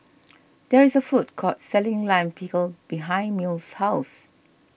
there is a food court selling Lime Pickle behind Mills' house